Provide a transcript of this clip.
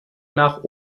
nach